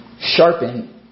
sharpen